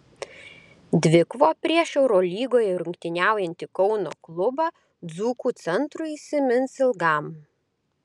dvikova prieš eurolygoje rungtyniaujantį kauno klubą dzūkų centrui įsimins ilgam